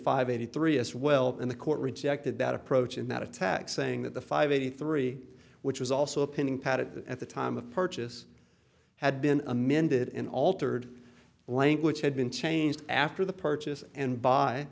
five eighty three as well in the court rejected that approach in that attack saying that the five eighty three which was also a pending patent that at the time of purchase had been amended in altered language had been changed after the purchase and b